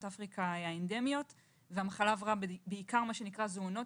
אפריקה האנדמיות והיא הועברה בעיקר זואונוטית,